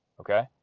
Okay